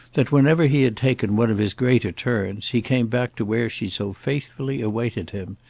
that whenever he had taken one of his greater turns he came back to where she so faithfully awaited him.